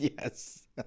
Yes